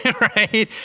right